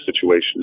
situation